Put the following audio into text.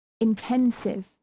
intensive